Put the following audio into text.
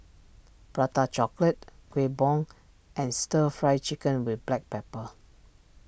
Prata Chocolate Kueh Bom and Stir Fried Chicken with Black Pepper